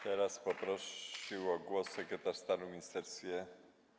Teraz poprosił o głos sekretarz stanu w ministerstwie.